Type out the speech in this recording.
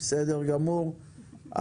בסדר גמור,